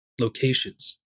locations